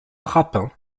rapin